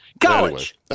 college